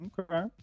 Okay